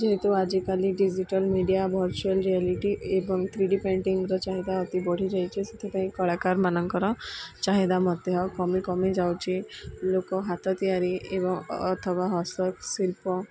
ଯେହେତୁ ଆଜିକାଲି digital media virtual reality ଏବଂ ଥ୍ରୀ ଡ଼ି ପେଣ୍ଟିଙ୍ଗର ଚାହିଦା ଅତି ବଢ଼ିଯାଇଛି ସେଥିପାଇଁ କଳାକାରମାନାନଙ୍କର ଚାହିଦା ମଧ୍ୟ କମି କମି ଯାଉଛି ଲୋକ ହାତ ତିଆରି ଏବଂ ଅଥବା ହସ୍ତ ଶିଳ୍ପ